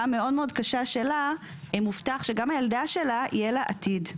המאוד מאוד קשה שלה מובטח שגם לילדה שלה יהיה עתיד.